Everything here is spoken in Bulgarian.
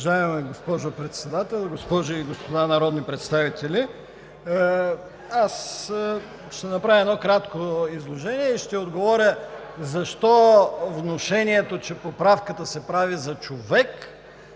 Уважаема госпожо Председател, госпожи и господа народни представители! Ще направя едно кратко изложение и ще отговоря защо внушението, че поправката се прави за човек,